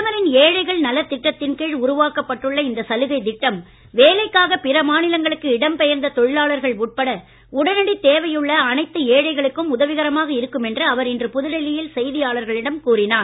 பிரதமரின் ஏழைகள் நலத் திட்டத்தின் கீழ் உருவாக்கப்பட்டுள்ள இந்த சலுகை திட்டம் வேலைக்காக பிற மாநிலங்களுக்கு இடம் பெயர்ந்த தொழிலாளர்கள் உட்பட உடனடித் தேவையுள்ள அனைத்து ஏழைகளுக்கும் உதவிகரமாக இருக்கும் என்று அவர் இன்று புதுடெல்லியில் செய்தியாளர்களிடம் கூறினார்